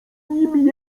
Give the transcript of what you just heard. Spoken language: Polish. nim